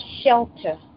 shelter